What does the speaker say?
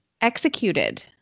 executed